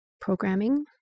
programming